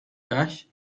cash